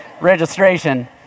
registration